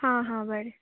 हां हां बरें